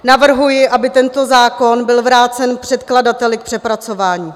Navrhuji, aby tento zákon byl vrácen předkladateli k přepracování.